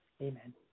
Amen